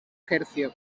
ejerció